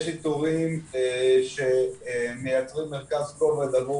יש אזורים שמייצרים מרכז כובד עבור